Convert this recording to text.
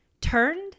turned